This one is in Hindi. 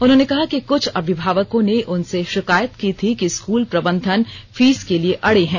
उन्होंने कहा कि कुछ अभिभावकों ने उनसे षिकायत की थी कि स्कूल प्रबंधन फीस के लिए अड़े हैं